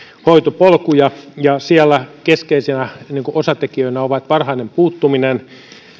hoitopolkuja ja siellä keskeisinä osatekijöinä ovat varhainen puuttuminen